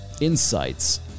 insights